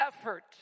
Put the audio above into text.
effort